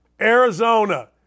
Arizona